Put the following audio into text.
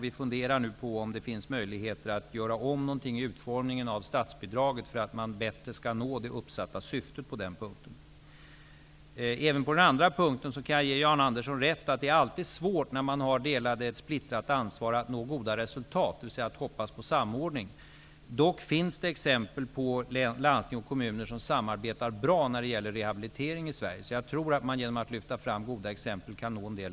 Vi funderar nu på om det finns möjligheter att göra något åt utformningen av statsbidraget för att bättre kunna nå det uppsatta målet. Jag kan ge Jan Andersson rätt även på den andra punkten. Det är alltid svårt att nå goda resultat och hoppas på samordning när man har ett splittrat ansvar. Det finns dock exempel på landsting och kommuner i Sverige som samarbetar bra när det gäller rehabilitering. Jag tror att man kan nå en del resultat genom att lyfta fram goda exempel.